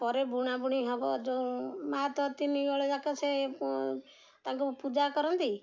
ପରେ ବୁଣା ବୁଣି ହବ ଯେଉଁ ମା ତ ତିନି ବଳେ ଯାକ ସେ ତାଙ୍କୁ ପୂଜା କରନ୍ତି